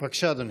בבקשה, אדוני.